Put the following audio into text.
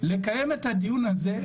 לקיים את הדיון הזה,